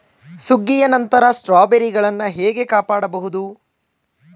ಸುಗ್ಗಿಯ ನಂತರ ಸ್ಟ್ರಾಬೆರಿಗಳನ್ನು ಹೇಗೆ ಕಾಪಾಡ ಬಹುದು?